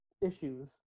issues